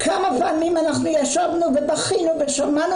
כמה פעמים אנחנו ישבנו ובכינו ושמענו